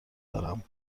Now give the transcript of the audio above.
دارم